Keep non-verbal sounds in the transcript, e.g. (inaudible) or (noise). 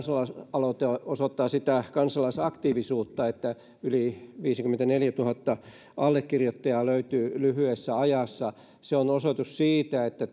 kansalaisaloite osoittaa sitä kansalaisaktiivisuutta yli viisikymmentäneljätuhatta allekirjoittajaa löytyy lyhyessä ajassa se on osoitus siitä että (unintelligible)